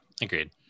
agreed